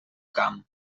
camp